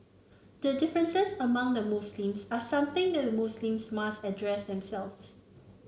the differences among the Muslims are something the Muslims must address themselves